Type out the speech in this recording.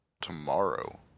Tomorrow